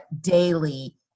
daily